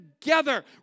together